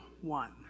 one